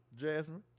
Jasmine